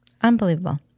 Unbelievable